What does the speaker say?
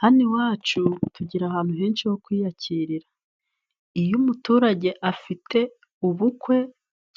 Hano iwacu tugira ahantu henshi ho kwiyakirira iyo umuturage afite ubukwe